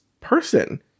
person